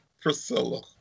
Priscilla